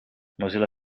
mozilla